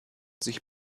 sich